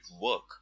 work